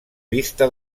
vista